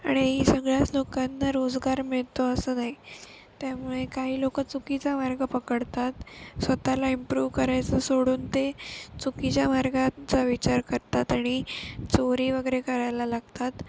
आणि सगळ्याच लोकांना रोजगार मिळतो असं नाही त्यामुळे काही लोकं चुकीचा मार्ग पकडतात स्वतःला इम्प्रूव करायचं सोडून ते चुकीच्या मार्गांचा विचार करतात आणि चोरी वगैरे करायला लागतात